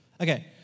Okay